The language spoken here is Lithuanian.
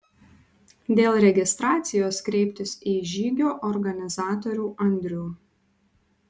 dėl registracijos kreiptis į žygio organizatorių andrių